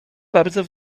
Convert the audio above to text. bardzo